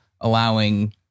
allowing